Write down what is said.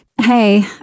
Hey